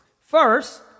First